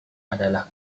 adalah